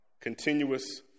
continuous